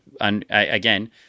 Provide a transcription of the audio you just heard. Again